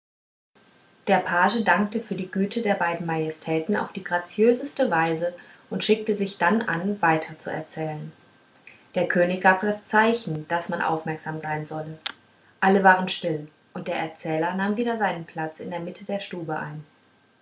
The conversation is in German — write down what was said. der page dankte für die güte der beiden majestäten auf die graziöseste weise und schickte sich dann an weiterzuerzählen der könig gab das zeichen daß man aufmerksam sein solle alle waren still und der erzähler nahm wieder seinen platz in der mitte der stube ein